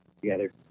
together